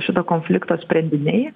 šito konflikto sprendiniai